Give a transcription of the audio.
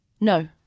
No